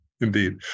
indeed